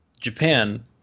Japan